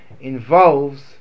involves